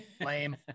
Lame